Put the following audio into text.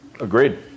Agreed